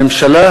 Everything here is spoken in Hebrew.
הממשלה,